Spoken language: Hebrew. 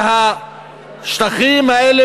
שהשטחים האלה,